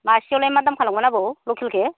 मासेयावलाय मा दाम खालामगोन आबौ लकेलखो